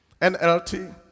NLT